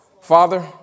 Father